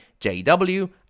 JW